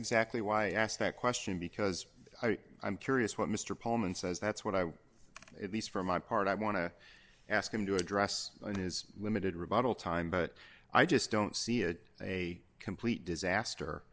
exactly why i asked that question because i'm curious what mr polman says that's what i at least for my part i want to ask him to address his limited rebuttal time but i just don't see it's a complete disaster